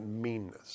meanness